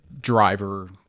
driver